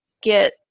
get